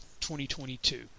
2022